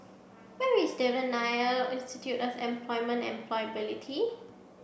where is Devan Nair Institute of Employment and Employability